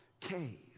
cave